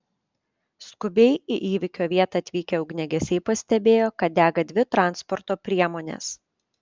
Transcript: skubiai į įvykio vietą atvykę ugniagesiai pastebėjo kad dega dvi transporto priemonės